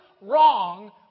wrong